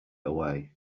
away